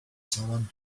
someone